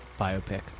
biopic